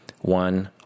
one